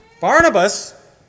Barnabas